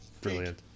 brilliant